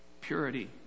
purity